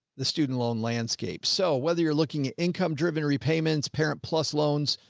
the student loan landscape. so whether you're looking at income driven repayment, parent plus loans,